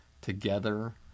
Together